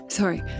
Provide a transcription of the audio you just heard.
sorry